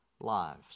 lives